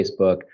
Facebook